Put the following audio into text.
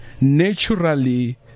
naturally